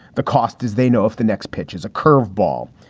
the cost is they know if the next pitch is a curve ball.